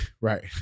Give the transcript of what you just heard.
right